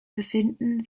befinden